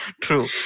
True